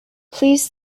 please